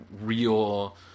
real